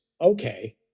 okay